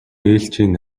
ээлжийн